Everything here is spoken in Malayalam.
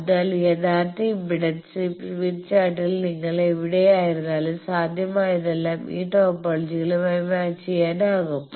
അതിനാൽ യഥാർത്ഥ ഇംപെഡൻസ് സ്മിത്ത് ചാർട്ടിൽ നിങ്ങൾ എവിടെയായിരുന്നാലും സാധ്യമായതെല്ലാം ഈ ടോപ്പോളജികളുമായി മാച്ച് ചെയ്യാനാകും